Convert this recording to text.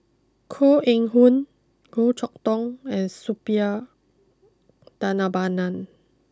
Koh Eng Hoon Goh Chok Tong and Suppiah Dhanabalan